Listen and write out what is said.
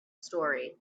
story